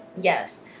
Yes